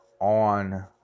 on